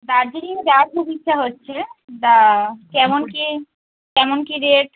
দার্জিলিং যাওয়ার খুব ইচ্ছা হচ্ছে তা কেমন কি কেমন কি রেট